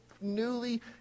newly